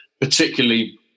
particularly